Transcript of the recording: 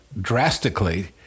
drastically